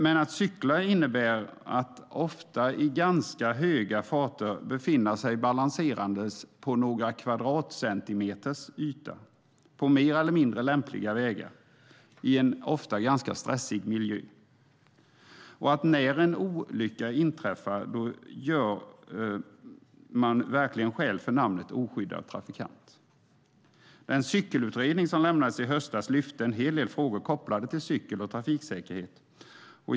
Men att cykla innebär att ofta i ganska höga farter befinna sig balanserandes på några kvadratcentimeters yta på mer eller mindre lämpliga vägar, ofta i en ganska stressig miljö. När en olycka inträffar gör man som cyklist verkligen skäl för namnet oskyddad trafikant. Den cykelutredning som lämnades i höstas lyfte fram en hel del frågor kopplade till cykeln och trafiksäkerheten.